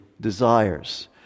desires